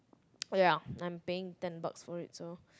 oh ya I'm paying ten bucks for it so